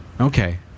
Okay